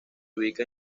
ubica